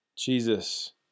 Jesus